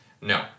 No